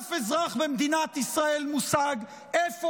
ולאף אזרח במדינת ישראל אין מושג איפה